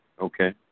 Okay